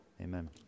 amen